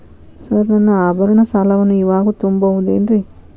Sir ನನ್ನ ಆಭರಣ ಸಾಲವನ್ನು ಇವಾಗು ತುಂಬ ಬಹುದೇನ್ರಿ?